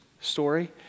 story